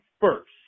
first